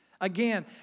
Again